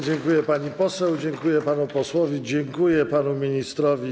Dziękuję pani poseł, dziękuję panu posłowi, dziękuję panu ministrowi.